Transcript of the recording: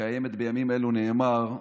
שקיימת בימים אלה נאמר,